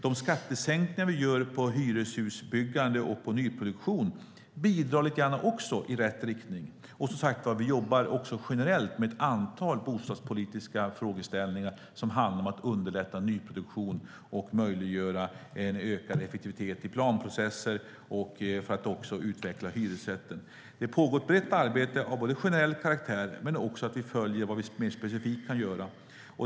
De skattesänkningar vi genomför på hyreshusbyggande och nyproduktion bidrar också i rätt riktning. Vi jobbar generellt med ett antal bostadspolitiska frågor som handlar om att underlätta nyproduktion och möjliggöra en ökad effektivitet i planprocesser och för att utveckla hyresrätter. Det pågår ett brett arbete av generell karaktär, och vi följer upp vad vi mer specifikt kan göra.